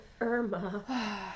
irma